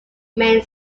main